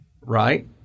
right